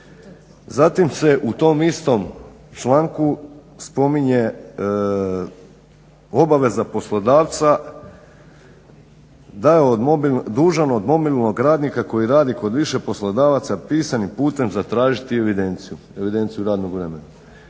Zatim se u tom istom članku spominje obaveza poslodavca da je dužan od mobilnog radnika koji radi kod više poslodavaca pisanim putem zatražiti evidenciju, evidenciju radnog vremena.